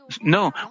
No